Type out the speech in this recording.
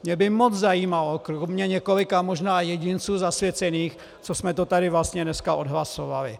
Mě by moc zajímalo, kromě několika možná zasvěcených jedinců, co jsme to tady vlastně dneska odhlasovali.